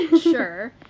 Sure